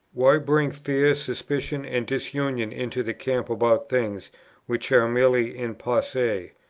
why bring fear, suspicion, and disunion into the camp about things which are merely in posse?